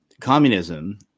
communism